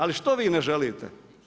Ali što vi ne želite?